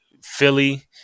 Philly